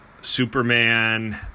Superman